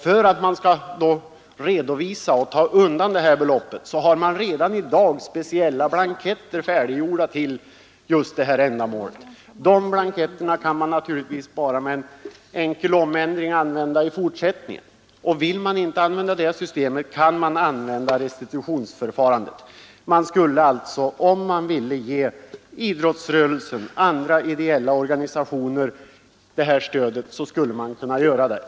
För redovisningen finns speciella blanketter, som naturligtvis med bara en enkel ändring kan användas även i fortsättningen. Vill man inte använda det systemet, kan man begagna restitutionsförfarandet. Ville man ge idrottsrörelsen och annan ideell verksamhet det stöd reservanterna föreslår, skulle man kunna göra det.